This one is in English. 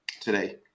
today